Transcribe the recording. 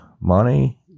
money